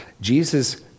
Jesus